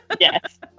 Yes